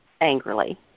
angrily